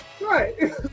Right